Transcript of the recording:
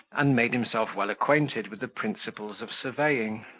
and made himself well acquainted with the principles of surveying.